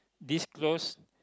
this close